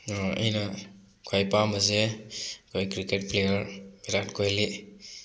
ꯑꯩꯅ ꯈ꯭ꯋꯥꯏ ꯄꯥꯝꯕꯁꯦ ꯑꯩꯈꯣꯏ ꯀ꯭ꯔꯤꯛꯀꯦꯠ ꯄ꯭ꯂꯦꯌꯔ ꯚꯤꯔꯥꯠ ꯀꯣꯍꯂꯤ